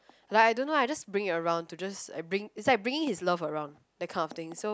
like I don't know I just bring it around to just I bring it's like bringing his love around that kind of thing so